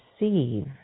receive